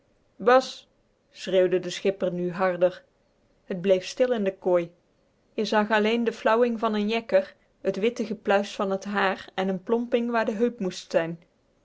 bas schreeuwde de schipper nu harder t bleef stil in de kooi je zag alleen de flauwing van n jekker het witte gepluis van het haar en n plomping waar de heup moest